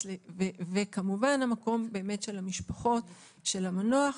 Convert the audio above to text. וכמובן באמת המקום של המשפחות של המנוח.